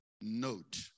note